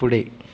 पुढे